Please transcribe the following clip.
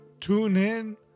TuneIn